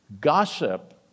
gossip